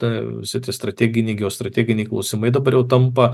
ta sritis strategijos strateginiai klausimai dabar jau tampa